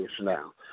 now